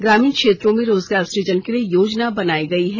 ग्रामीण क्षेत्रों में रोजगार सुजन के लिए योजना बनाई गई है